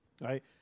Right